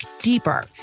deeper